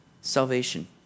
salvation